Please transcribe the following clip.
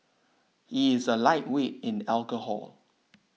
he is a lightweight in alcohol